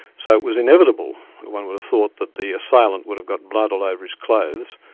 so it was inevitable, one would have thought, that the assailant would have got blood all over his clothes,